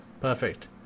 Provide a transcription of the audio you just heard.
Perfect